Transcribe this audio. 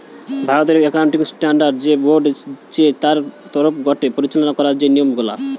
ভারতের accounting standard যে board চে তার তরফ গটে পরিচালনা করা যে নিয়ম গুলা